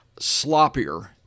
sloppier